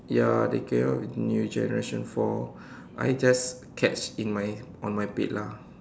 ya they came up with new generation four I just catch in my on my bed lah